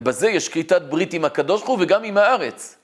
בזה יש כריתת ברית עם הקדוש ברוך הוא וגם עם הארץ.